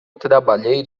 trabalhei